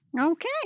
Okay